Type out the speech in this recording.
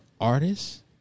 artist's